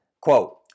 quote